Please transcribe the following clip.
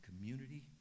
community